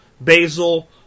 Basil